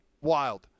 Wild